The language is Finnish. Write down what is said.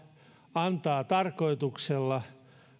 antaa tarkoituksella